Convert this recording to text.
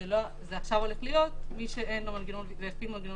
עכשיו זה הולך להיות מי שאין לו מנגנון ויסות.